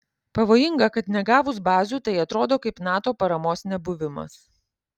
pavojinga kad negavus bazių tai atrodo kaip nato paramos nebuvimas